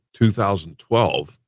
2012